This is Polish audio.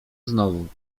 znowu